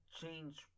change